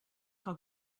call